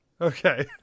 Okay